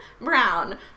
Brown